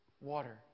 water